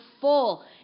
full